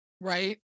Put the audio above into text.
Right